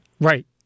Right